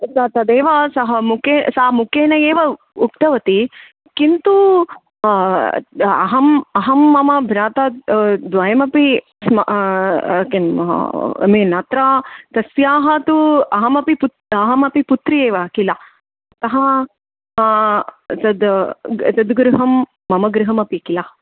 त तदेव सः मुखे सा मुखेन एव उक्तवती किन्तु अहम् अहं मम भ्राता द्वयमपि स्म किम् ऐ मीन् अत्र तस्याः तु अहमपि पुत् अहमपि पुत्री एव किल अतः तद् तद् गृहं मम गृहमपि किल